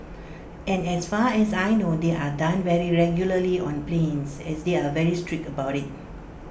and as far as I know they are done very regularly on planes as they are very strict about IT